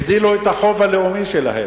הגדילו את החוב הלאומי שלהן.